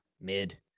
Mid